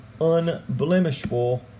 Unblemishable